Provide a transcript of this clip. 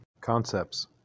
Concepts